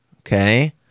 Okay